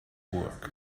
work